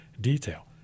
detail